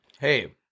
Hey